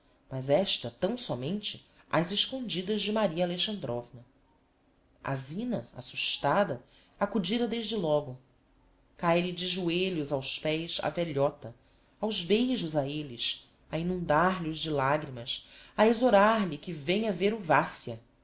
mas esta tão sómente ás escondidas de maria alexandrovna a zina assustada accudira desde logo cae lhe de joelhos aos pés a velhota aos beijos a elles a inundar lhos de lagrimas a exorar lhe que venha ver o